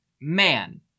Man